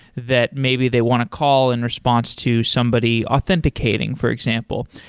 that maybe they want to call in response to somebody authenticating, for example.